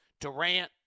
Durant